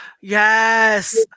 Yes